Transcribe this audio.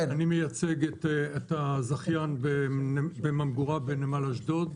אני מייצג את הזכיין בממגורה בנמל אשדוד,